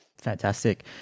Fantastic